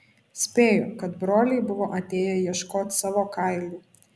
spėju kad broliai buvo atėję ieškot savo kailių